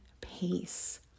pace